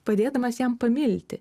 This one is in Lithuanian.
padėdamas jam pamilti